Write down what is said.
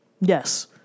Yes